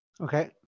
Okay